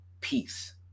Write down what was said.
peace